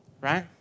right